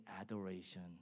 adoration